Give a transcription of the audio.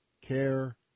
care